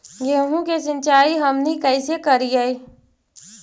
गेहूं के सिंचाई हमनि कैसे कारियय?